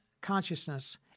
consciousness